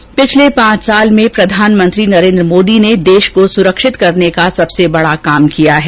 उन्होंने कहा कि पिछले पांच साल में प्रधानमंत्री नरेंद्र मोदी ने देष को सुरक्षित करने का सबसे बडा काम किया है